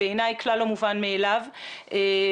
כמובן לא מובנת מאליה בעיניי.